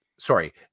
Sorry